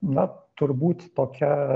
na turbūt tokia